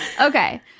Okay